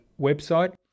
website